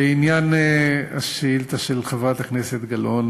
לעניין השאילתה של חברת הכנסת גלאון,